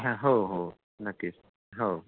ह हो हो नक्कीच हो